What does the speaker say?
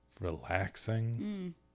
relaxing